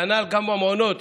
כנ"ל במעונות.